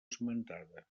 esmentada